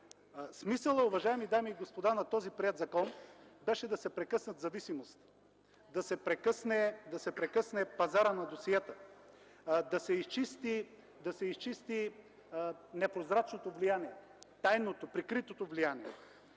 Смисълът, уважаеми дами и господа, на този приет закон беше да се прекъснат зависимости, да се прекъсне пазарът на досиета, да се изчисти непрозрачното влияние, тайното, прикритото влияние.